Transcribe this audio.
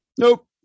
Nope